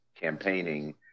campaigning